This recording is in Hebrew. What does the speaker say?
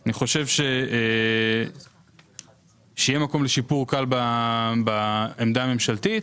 אני חושב שיהיה מקום לשיפור קל בעמדה הממשלתית